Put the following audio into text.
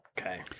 Okay